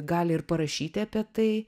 gali ir parašyti apie tai